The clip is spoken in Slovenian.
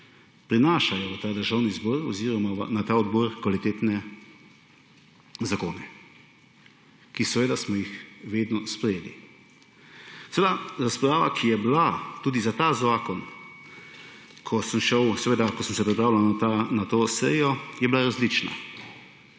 prinašajo v Državni zbor oziroma na ta odbor kvalitetne zakone, ki smo jih vedno sprejeli. Razprava, ki je bila tudi za ta zakon, ko sem se pripravljal na to sejo, je bila različna.